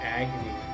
agony